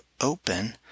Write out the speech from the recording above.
open